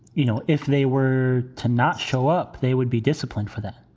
you know, if they were to not show up, they would be disciplined for that.